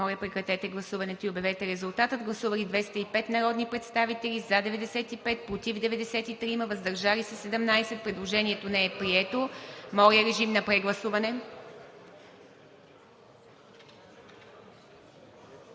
Моля, прекратете гласуването и обявете резултата. Гласували 194 народни представители: за 96, против 80, въздържали се 18. Предложението не е прието. (Шум, реплики и частични